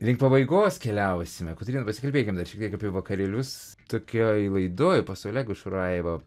link pabaigos keliausime kotryna pasikalbėkim dar šiek tiek apie vakarėlius tokioj laidoj pas olegą šurajevą